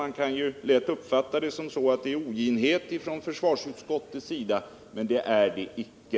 Man kan ju lätt uppfatta det så att det är fråga om oginhet från försvarsutskottets sida, men det är det icke.